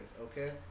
okay